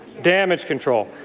damage control.